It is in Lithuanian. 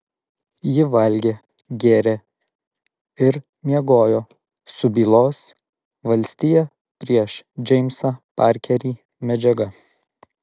ji valgė gėrė ir miegojo su bylos valstija prieš džeimsą parkerį medžiaga